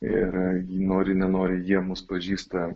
ir nori nenori jie mus pažįsta